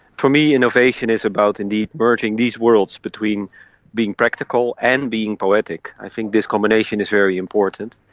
for me, innovation is about indeed merging these worlds between being practical and being poetic. i think this combination is very important.